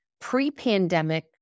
pre-pandemic